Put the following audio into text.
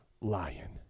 lion